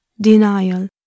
denial